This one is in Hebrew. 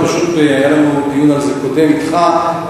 פשוט היה לנו דיון על זה קודם אתך,